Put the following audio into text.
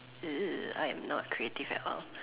uh I am not creative at all